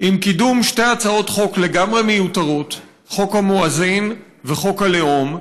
עם קידום שתי הצעות חוק מיותרות לגמרי: חוק המואזין וחוק הלאום,